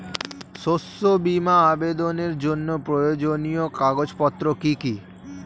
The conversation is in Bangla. শস্য বীমা আবেদনের জন্য প্রয়োজনীয় কাগজপত্র কি কি?